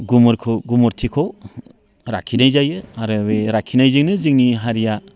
गुमुरखौ गुमुरथिखौ लाखिनाय जायो आरो बै लाखिनायजोंनो जोंनि हारिया